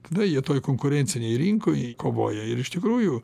tada jie toj konkurencinėj rinkoj kovoja ir iš tikrųjų